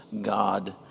God